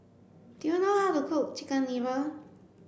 do you know how to cook chicken liver